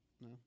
No